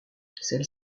celle